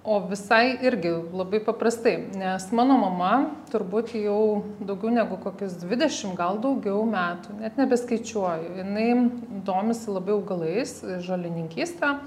o visai irgi labai paprastai nes mano mama turbūt jau daugiau negu kokius dvidešim gal daugiau metų net nebeskaičiuoju jinai domisi labai augalais žolininkyste